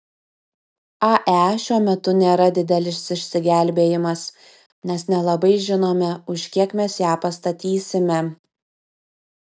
ae šiuo metu nėra didelis išsigelbėjimas nes nelabai žinome už kiek mes ją pastatysime